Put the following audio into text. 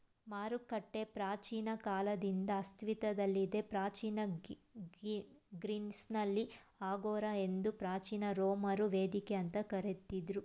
ಮಾರುಕಟ್ಟೆ ಪ್ರಾಚೀನ ಕಾಲದಿಂದ ಅಸ್ತಿತ್ವದಲ್ಲಿದೆ ಪ್ರಾಚೀನ ಗ್ರೀಸ್ನಲ್ಲಿ ಅಗೋರಾ ಎಂದು ಪ್ರಾಚೀನ ರೋಮರು ವೇದಿಕೆ ಅಂತ ಕರಿತಿದ್ರು